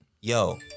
yo